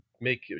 make